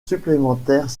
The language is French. supplémentaires